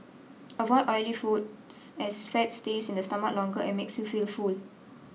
avoid oily foods as fat stays in the stomach longer and makes you feel full